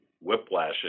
whiplash